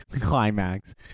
climax